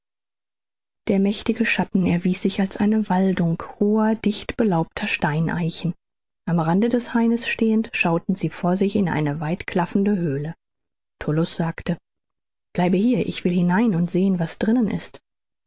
der mächtige schatten erwies sich als eine waldung hoher dichtbelaubter steineichen am rande des haines stehend schauten sie vor sich in eine weitklaffende höhle tullus sagte bleibe hier ich will hinein und sehen was drinnen ist